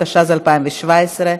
התשע"ז 2017,